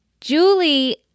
Julie